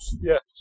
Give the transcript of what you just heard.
Yes